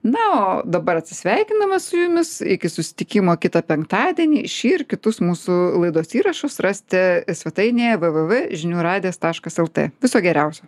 na o dabar atsisveikindama su jumis iki susitikimo kitą penktadienį šį ir kitus mūsų laidos įrašus rasite svetainėje v v v žinių radijas taškas el t viso geriausio